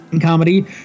comedy